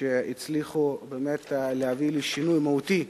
שהצליחו באמת להביא לשינוי מהותי בעניין.